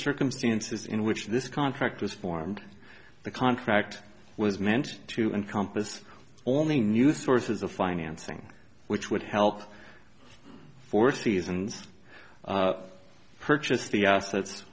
circumstances in which this contract was formed the contract was meant to encompass only new sources of financing which would help four seasons purchased the assets